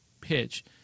pitch